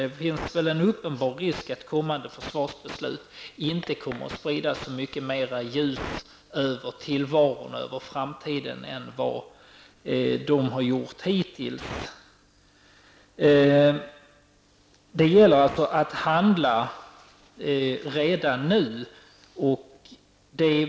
Det finns väl en uppenbar risk för att kommande försvarsbeslut inte kommer att sprida så mycket mer ljus över tillvaron i framtiden än vad det hittills har gjort. Det gäller alltså att handla redan nu.